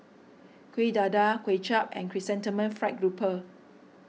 Kuih Dadar Kuay Chap and Chrysanthemum Fried Grouper